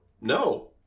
no